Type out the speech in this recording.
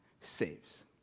saves